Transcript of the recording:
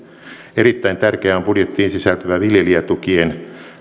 erittäin tärkeä on budjettiin sisältyvä viljelijätukien